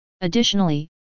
Additionally